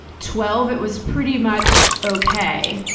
twelve, it was pretty much okay.